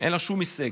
אין לה שום הישג.